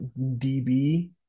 DB